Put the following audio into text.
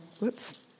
Whoops